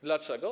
Dlaczego?